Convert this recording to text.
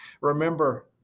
Remember